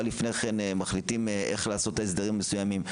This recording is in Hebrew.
לפני כן מחליטים איך לעשות את ההסדרים המסוימים,